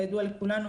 כידוע לכולנו,